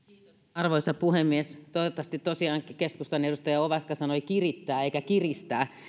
arvoisa puhemies toivottavasti tosiaan keskustan edustaja ovaska sanoi kirittää eikä kiristää